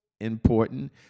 Important